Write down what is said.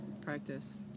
practice